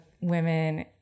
women